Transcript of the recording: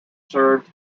served